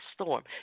storm